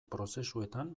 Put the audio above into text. prozesuetan